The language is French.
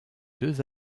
deux